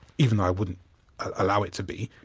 even though i wouldn't allow it to be,